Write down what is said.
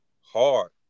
hard